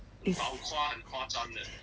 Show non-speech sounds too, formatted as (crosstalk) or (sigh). (noise)